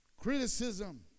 criticism